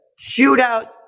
shootout